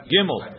Gimel